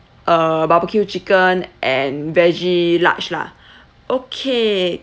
uh barbecue chicken and veggie large lah okay